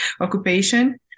occupation